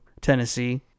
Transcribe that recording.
Tennessee